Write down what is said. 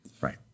Right